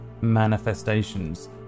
manifestations